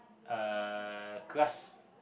uh crust